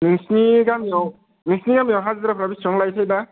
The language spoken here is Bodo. नोंसिनि गामियाव नोंसिनि गामियाव हाजिराफ्रा बिसिबां लायो थाय दा